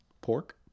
Pork